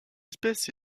espèce